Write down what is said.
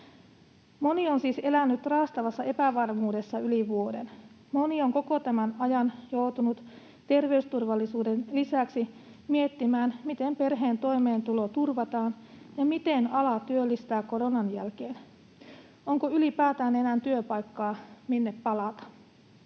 Moni on siis elänyt raastavassa epävarmuudessa yli vuoden. Moni on koko tämän ajan joutunut terveysturvallisuuden lisäksi miettimään, miten perheen toimeentulo turvataan ja miten ala työllistää koronan jälkeen, onko ylipäätään enää työpaikkaa, minne palata.